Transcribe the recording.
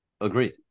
Agreed